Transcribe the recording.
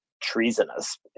treasonous